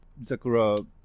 Zakura